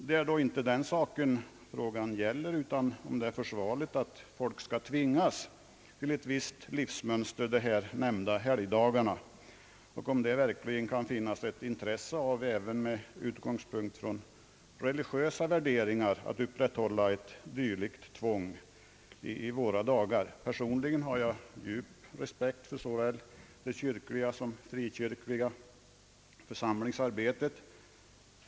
Det är inte den saken frågan gäller, utan frågan är om det är försvarligt att folk skall tvingas till ett visst livsmönster de nämnda helgdagarna och om det verkligen kan finnas ett intresse även med utgångspunkt från religiösa värderingar av att upprätthålla ett dylikt tvång i våra dagar. Personligen har jag djup respekt för såväl det kyrkliga som det frikyrkliga församlingsarbetet.